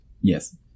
Yes